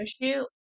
shoot